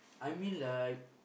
I mean like